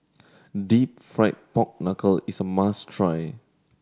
Deep Fried Pork Knuckle is a must try